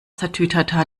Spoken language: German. tatütata